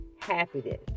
happiness